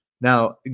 Now